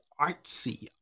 artsy